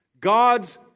God's